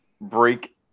break